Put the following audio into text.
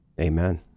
Amen